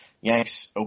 Yanks